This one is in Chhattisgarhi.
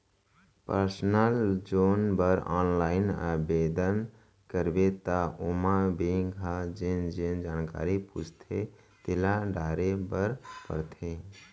पर्सनल जोन बर ऑनलाइन आबेदन करबे त ओमा बेंक ह जेन जेन जानकारी पूछथे तेला डारे बर परथे